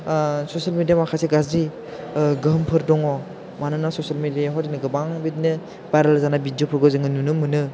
social मिडियायाव माखासे गाज्रि गोहोमफोर दङ मानोना ससियेल मिडियावहाय दिनै गोबां बिदिनो भाइरेल जानाय भिडिअफोरखौ जोङाे नुनो मोनो